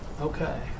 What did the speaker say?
Okay